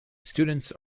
students